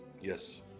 Yes